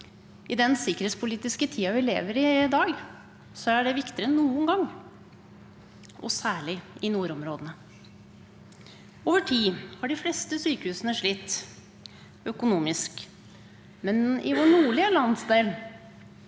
I den sikkerhetspolitiske tiden vi lever i i dag, er det viktigere enn noen gang, særlig i nordområdene. Over tid har de fleste sykehusene slitt økonomisk, men i vår nordlige landsdel